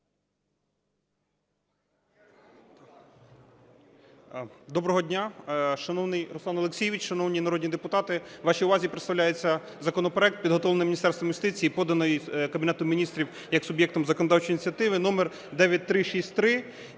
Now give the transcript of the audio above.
Доброго дня, шановний Руслан Олексійович, шановні народні депутати. Вашій увазі представляється законопроект, підготовлений Міністерством юстиції, поданий Кабінетом Міністрів як суб'єктом законодавчої ініціативи, номер 9363.